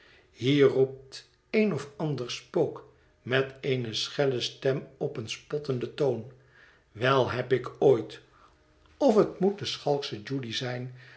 hier roept een of ander spook met eene schelle stem op een spottenden toon wel heb ik ooit of het moet de schalksche judy zijn